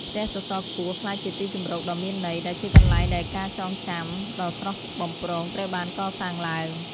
ផ្ទះសសរខ្ពស់ក្លាយជាទីជម្រកដ៏មានន័យ ដែលជាកន្លែងដែលការចងចាំដ៏ស្រស់បំព្រងត្រូវបានកសាងឡើង។